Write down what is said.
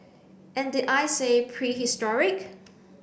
and did I say prehistoric